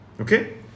okay